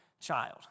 child